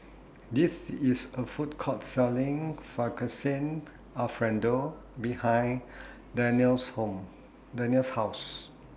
This IS A Food Court Selling Fettuccine Alfredo behind Danelle's Home Danelle's House